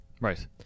Right